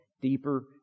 deeper